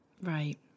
Right